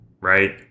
right